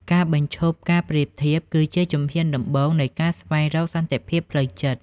ការបញ្ឈប់ការប្រៀបធៀប គឺជាជំហានដំបូងនៃការស្វែងរក "សន្តិភាពផ្លូវចិត្ត"។